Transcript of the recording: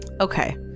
Okay